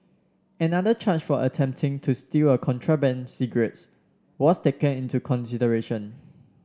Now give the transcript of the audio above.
another charge for attempting to steal a contraband cigarettes was taken into consideration